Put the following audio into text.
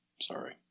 Sorry